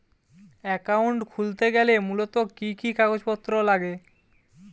Account খুলতে গেলে মূলত কি কি কাগজপত্র লাগে?